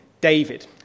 David